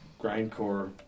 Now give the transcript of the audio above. grindcore